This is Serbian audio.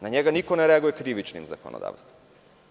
Na njega niko ne reaguje krivičnim zakonodavstvom.